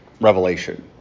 revelation